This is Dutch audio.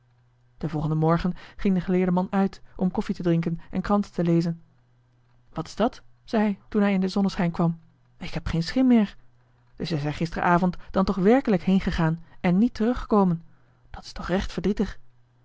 den volgenden morgen ging de geleerde man uit om koffie te drinken en kranten te lezen wat is dat zei hij toen hij in den zonneschijn kwam ik heb geen schim meer dus is hij gisteravond dan toch werkelijk heengegaan en niet teruggekomen dat is toch recht verdrietig